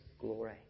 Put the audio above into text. glory